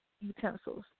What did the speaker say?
utensils